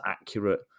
accurate